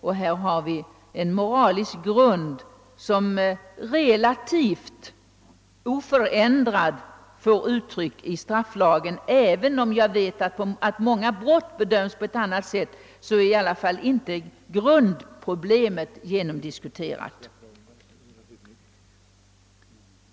Den moraliska grund, som strafflagen står på, är relativt oförändrad sedan 1940-talet. Och även om många brott i dag bedöms på ett annat sätt, är grundproblemet inte genomdiskuterat.